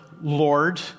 Lord